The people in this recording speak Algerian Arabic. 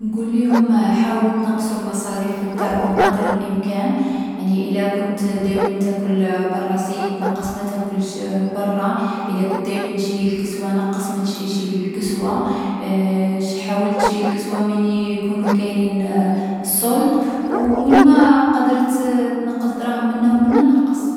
نقوليهم حاولو تنقصو المصاريف نتاعكم قدر الإمكان. يعني، إلا كنت دايما تاكل برا سيي تنقّص ما تاكلش برا. إلا كنت دايما تشري الكسوة نقّص ما تشريش الكسوة. شـ حاول تشري الكسوة من يـ يكونو كاينين صولد. او وين ما قدرت تنقّص دراهم منا و منا نقّص.